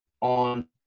on